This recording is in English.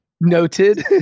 noted